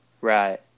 right